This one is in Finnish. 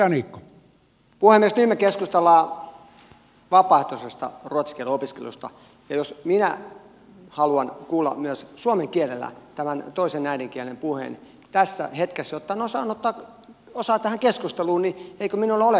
nyt me keskustelemme vapaaehtoisesta ruotsin kielen opiskelusta ja jos minä haluan kuulla myös suomen kielellä tämän toisella äidinkielellä pidetyn puheen tässä hetkessä jotta osaan ottaa osaa tähän keskusteluun niin eikö minulla ole siihen oikeus